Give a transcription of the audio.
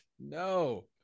No